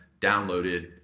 downloaded